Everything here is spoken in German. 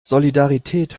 solidarität